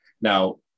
Now